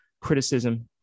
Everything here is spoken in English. criticism